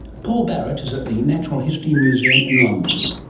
paul barrett is at the natural history museum in london.